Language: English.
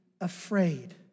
afraid